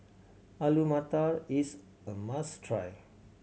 Alu Matar is a must try